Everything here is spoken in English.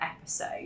episode